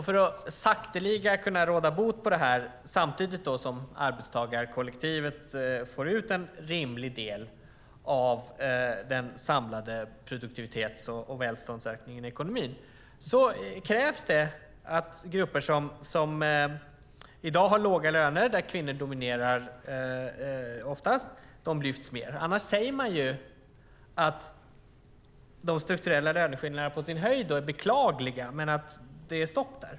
För att sakteliga kunna råda bot på detta, samtidigt som arbetstagarkollektivet får ut en rimlig del av den samlade produktivitets och välståndsökningen i ekonomin, krävs det att grupper som i dag har låga löner, där kvinnor oftast dominerar, lyfts mer. Man säger på sin höjd att de strukturella löneskillnaderna är beklagliga, men där är det stopp.